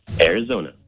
Arizona